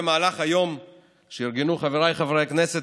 במהלך היום שארגנו חבריי חברי הכנסת,